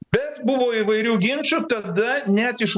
bet buvo įvairių ginčų tada net iš